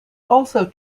also